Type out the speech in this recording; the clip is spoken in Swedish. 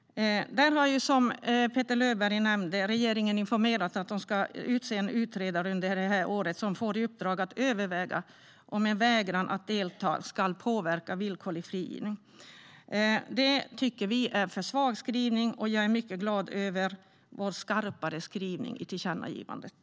Som Petter Löberg nämnde har regeringen informerat om att en utredare ska utses under året som ska få i uppdrag att överväga om en vägran att delta i behandlingsprogram ska påverka villkorlig frigivning. Det tycker vi är en för svag skrivning, och jag är mycket glad över vår skarpare skrivning i tillkännagivandet.